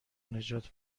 نجات